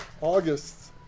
August